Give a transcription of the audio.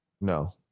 No